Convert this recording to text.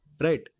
right